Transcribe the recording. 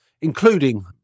including